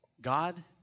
God